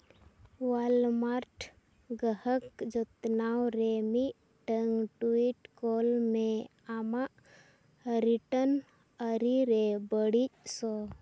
Walmart ᱜᱨᱟᱦᱚᱠ ᱡᱚᱛᱱᱟᱣ ᱨᱮ ᱢᱤᱫᱴᱟᱱ ᱴᱩᱭᱤᱴ ᱠᱚᱞ ᱢᱮ ᱟᱢᱟᱜ ᱨᱤᱴᱟᱨᱱ ᱟᱹᱨᱤᱨᱮ ᱵᱟᱹᱲᱤᱡ ᱥᱚᱱ